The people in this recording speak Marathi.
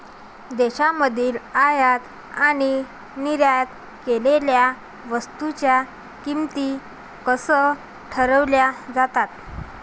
देशांमधील आयात आणि निर्यात केलेल्या वस्तूंच्या किमती कशा ठरवल्या जातात?